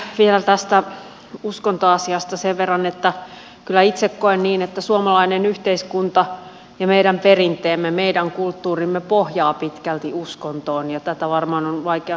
vielä tästä uskontoasiasta sen verran että kyllä itse koen niin että suomalainen yhteiskunta ja meidän perinteemme meidän kulttuurimme pohjaavat pitkälti uskontoon ja tätä varmaan on vaikea kenenkään kiistää